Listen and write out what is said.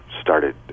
started